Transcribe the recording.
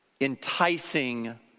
enticing